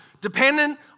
dependent